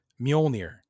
Mjolnir